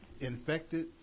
infected